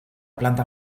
planta